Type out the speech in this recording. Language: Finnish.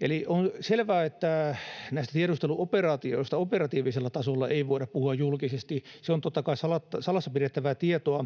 Eli on selvää, että näistä tiedusteluoperaatioista operatiivisella tasolla ei voida puhua julkisesti, se on totta kai salassa pidettävää tietoa,